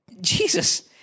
Jesus